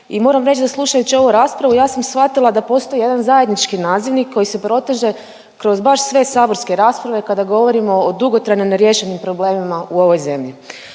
I moram reć da slušajuć ovu raspravu ja sam svatila da postoji jedan zajednički nazivnik koji se proteže kroz baš sve saborske rasprave kada govorimo o dugotrajno neriješenim problemima u ovoj zemlji,